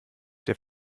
der